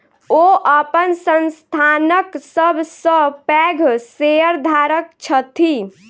ओ अपन संस्थानक सब सॅ पैघ शेयरधारक छथि